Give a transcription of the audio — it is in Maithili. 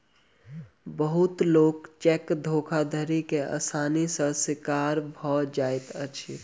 बहुत लोक चेक धोखाधड़ी के आसानी सॅ शिकार भ जाइत अछि